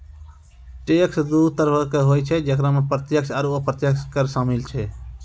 tax दु तरहो के होय छै जेकरा मे प्रत्यक्ष आरू अप्रत्यक्ष कर शामिल छै